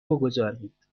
بگذارید